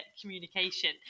communication